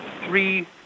three